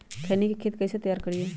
खैनी के खेत कइसे तैयार करिए?